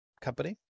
company